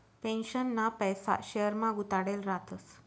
पेन्शनना पैसा शेयरमा गुताडेल रातस